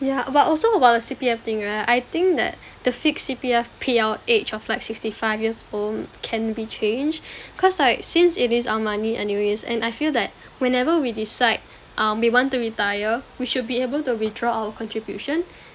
yeah but also about the C_P_F thing right I think that the fix C_P_F payout age of like sixty five years old can be changed cause like since it is our money anyways and I feel that whenever we decide um we want to retire we should be able to withdraw our contribution